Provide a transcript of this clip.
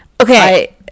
Okay